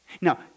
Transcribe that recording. Now